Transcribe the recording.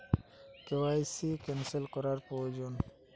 KYC cancel করা প্রয়োজন?